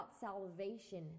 salvation